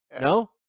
No